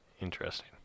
Interesting